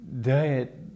diet